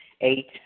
Eight